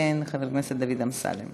דקה אדוני,